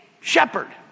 shepherd